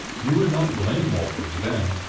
you would not blame walters then.